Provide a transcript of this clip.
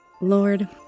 Lord